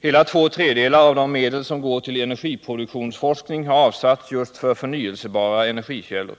Hela två tredjedelar av de medel som går till energiproduktionsforskning har avsatts just för förnyelsebara energikällor.